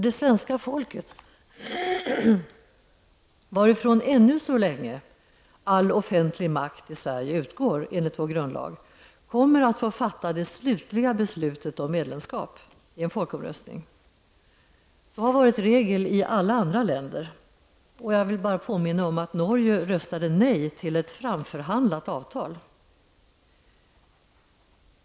Det svenska folket, varifrån ännu så länge all offentlig makt i Sverige utgår enligt vår grundlag, kommer att få fatta det slutliga beslutet om medlemskap i en folkomröstning. Folkomröstning har varit regel i alla andra länder. Jag vill påminna om att Norge röstade nej till ett framförhandlat avtal.